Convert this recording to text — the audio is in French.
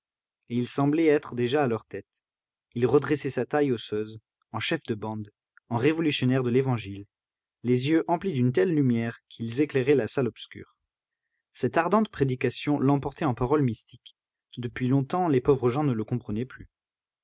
il semblait être déjà à leur tête il redressait sa taille osseuse en chef de bande en révolutionnaire de l'évangile les yeux emplis d'une telle lumière qu'ils éclairaient la salle obscure cette ardente prédication l'emportait en paroles mystiques depuis longtemps les pauvres gens ne le comprenaient plus